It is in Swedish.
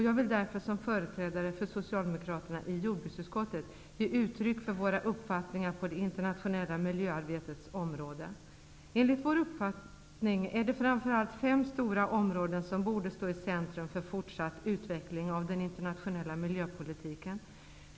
Jag vill därför som företrädare för socialdemokraterna i jordbruksutskottet ge uttryck för våra uppfattningar på det internationella miljöarbetets område. Enligt vår uppfattning är det framför allt fem stora områden som borde stå i centrum för den fortsatta utvecklingen av den internationella miljöpolitiken.